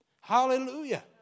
Hallelujah